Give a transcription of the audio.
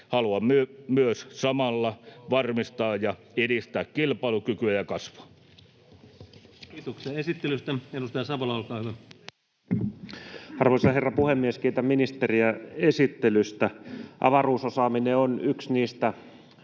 Haluamme myös samalla varmistaa ja edistää kilpailukykyä ja kasvua. Kiitoksia esittelystä. — Edustaja Savola, olkaa hyvä. Arvoisa herra puhemies! Kiitän ministeriä esittelystä. Avaruusosaaminen on yksi niistä